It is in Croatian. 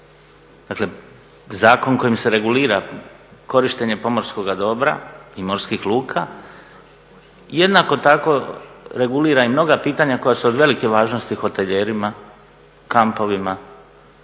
dakle zakon kojim se regulira korištenje pomorskoga dobra i morskih luka, jednako tako regulira i mnoga pitanja koja su od velike važnosti hotelijerima, kampovima,